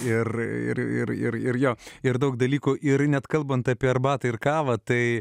ir ir ir ir jo ir daug dalykų ir net kalbant apie arbatą ir kavą tai